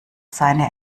seine